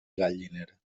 galliner